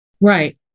Right